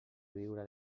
viure